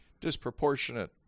disproportionate